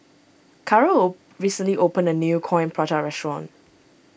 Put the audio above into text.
recently opened a new Coin Prata restaurant